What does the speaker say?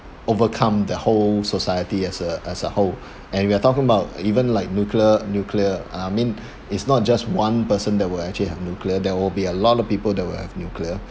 overcome the whole society as a as a whole and we're talking about even like nuclear nuclear I mean it's not just one person that will actually have nuclear there will be a lot of people that will have nuclear